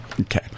Okay